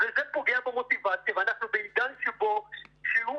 זה פוגע במוטיבציה ואנחנו בעידן שבו שיעור